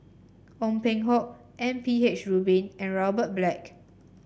Ong Peng Hock M P H Rubin and Robert Black